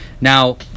Now